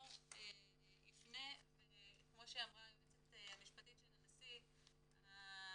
יפנה וכמו שאמרה היועצת המשפטית של הנשיא,